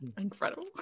Incredible